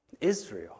Israel